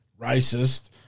racist